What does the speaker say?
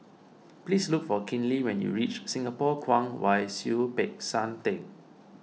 please look for Kinley when you reach Singapore Kwong Wai Siew Peck San theng